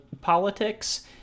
politics